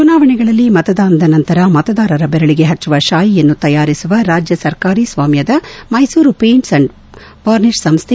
ಚುನಾವಣೆಗಳಲ್ಲಿ ಮತದಾನದ ನಂತರ ಮತದಾರರ ಬೆರಳಿಗೆ ಪಚ್ಚುವ ಶಾಯಿಯನ್ನು ತಯಾರಿಸುವ ರಾಜ್ಹ ಸರ್ಕಾರಿ ಸ್ನಾಮ್ನದ ಮೈಸೂರು ಪೇಂಟ್ ಮತ್ತು ವಾರ್ಿಷ್ ಸಂಸ್ಥೆ